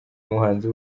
muhanzi